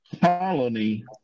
colony